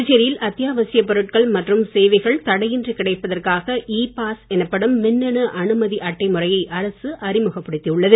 புதுச்சேரியில் அத்தியாவசியப் பொருட்கள் மற்றும் சேவைகள் தடையின்றி கிடைப்பதற்காக இ பாஸ் எனப்படும் மின்னணு அனுமதி அட்டை முறையை அரசு அறிமுகப்படுத்தி உள்ளது